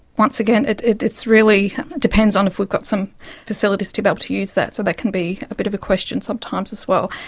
once again, it it really depends on if we've got some facilities developed to use that, so that can be a bit of a question sometimes as well.